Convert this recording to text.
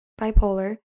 bipolar